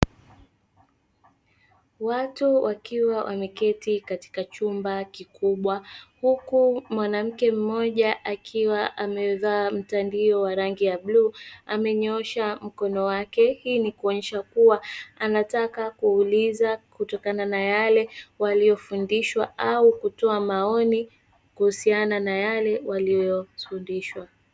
Watu wakiwa wameketi katika chumba kikubwa huku mwanamke mmoja akiwa amevaa mtandio wa rangi ya bluu amenyoosha mkono wake, hii ni kuonesha kuwa anataka kuuliza kutokana na yale waliyofundishwa au kutoa maoni kuhusiana na yale waliyofundishwa.